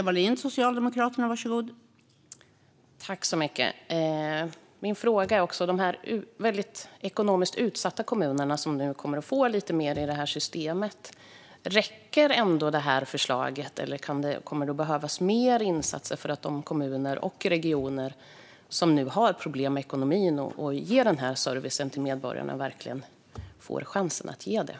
Fru talman! Räcker det här förslaget för de ekonomiskt väldigt utsatta kommunerna, som nu kommer att få lite mer i det här systemet? Eller kommer det att behövas mer insatser för att de kommuner och regioner som nu har problem med ekonomin och med att ge den här servicen till medborgarna verkligen ska få chansen att ge den?